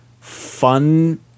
fun